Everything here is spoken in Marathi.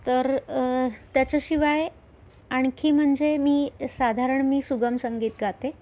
तर त्याच्याशिवाय आणखी म्हणजे मी साधारण मी सुगम संगीत गाते